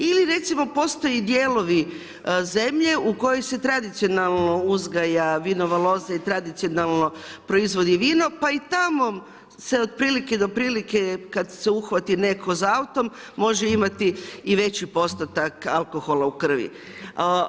Ili recimo postoje dijelovi zemlje u kojoj se tradicionalno uzgaja vinova loza i tradicionalno proizvodi vino, pa i tamo se od prilike do prilike, kad se uhvati netko s autom, može imati i veći postotak alkohola u krvi.